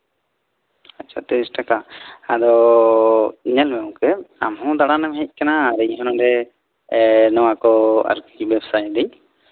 ᱟᱪᱪᱷᱟ ᱛᱤᱨᱤᱥ ᱴᱟᱠᱟ ᱟᱫᱚ ᱧᱮᱞᱢᱮ ᱜᱚᱢᱠᱮ ᱟᱢᱦᱚᱸ ᱫᱟᱬᱟᱱ ᱮᱢ ᱦᱮᱡ ᱠᱟᱱᱟ ᱤᱧᱦᱚᱸ ᱱᱚᱰᱮ ᱱᱚᱣᱟ ᱠᱚ ᱵᱮᱵᱥᱟᱭᱮᱫᱟᱹᱧ